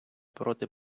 проти